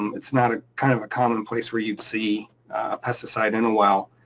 um it's not ah kind of a common place where you'd see pesticide in a while.